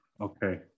Okay